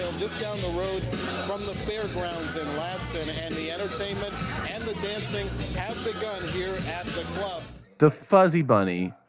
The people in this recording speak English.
just down the road from the fairgrounds in ladson, and the entertainment and the dancing have begun here at the club. segura the fuzzy bunny,